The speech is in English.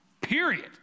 period